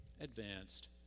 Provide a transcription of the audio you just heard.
advanced